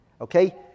Okay